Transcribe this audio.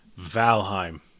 valheim